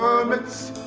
permits,